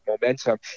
momentum